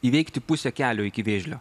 įveikti pusę kelio iki vėžlio